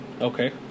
Okay